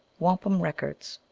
wampum records.